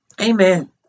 Amen